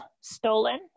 Stolen